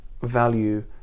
value